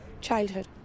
childhood